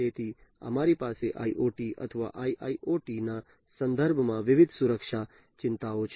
તેથી અમારી પાસે IoT અથવા IIoT ના સંદર્ભમાં વિવિધ સુરક્ષા ચિંતાઓ છે